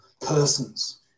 persons